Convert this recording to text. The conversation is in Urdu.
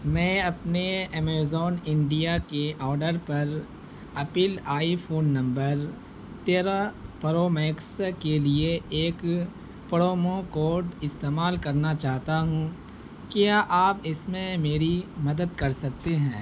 میں اپنے ایمیزون انڈیا کے آڈر پر اپل آئی فون نمبر تیرہ پرو میکس کے لیے ایک پڑومو کوڈ استعمال کرنا چاہتا ہوں کیا آپ اس میں میری مدد کر سکتے ہیں